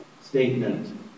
statement